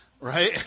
right